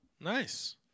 Nice